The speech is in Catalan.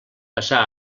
passar